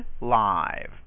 Live